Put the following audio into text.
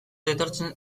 etortzen